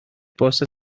bost